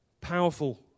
Powerful